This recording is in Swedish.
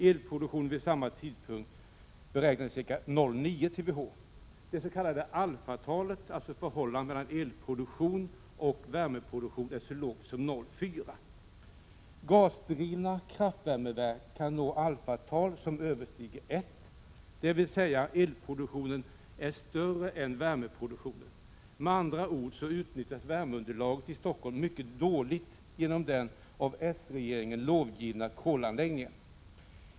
Elproduktionen vid samma tidpunkt beräknas till ca 0,9 TWh. Det s.k. alfatalet är så lågt som 0,4. Gasdrivna kraftvärmeverk kan nå alfatal som överstiger 1, dvs. att elproduktionen är större än värmeproduktionen. Detta betyder att värmeunderlaget i Stockholm utnyttjas mycket dåligt genom den av s-regeringen lovgivna kolanläggningen.